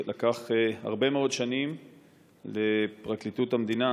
איך לקח הרבה מאוד שנים לפרקליטות המדינה